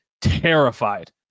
terrified